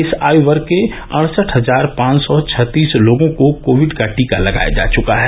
इस आयु वर्ष के अड़सठ हजार पांच सौ छत्तीस लोगों को कोविड का टीका लगाया जा चुका है